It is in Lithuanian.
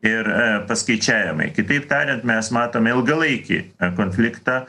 ir paskaičiavimai kitaip tariant mes matome ilgalaikį konfliktą